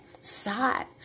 sad